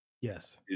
Yes